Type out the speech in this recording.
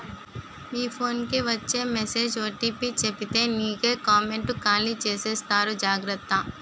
మీ phone కి వచ్చే message OTP చెప్పితే నీకే కామెంటు ఖాళీ చేసేస్తారు జాగ్రత్త